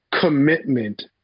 commitment